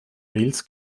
wales